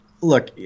look